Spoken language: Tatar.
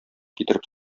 китереп